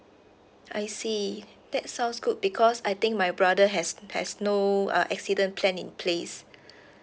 I see that sounds good because I think my brother has has no uh accident plan in place